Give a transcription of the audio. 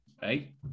Hey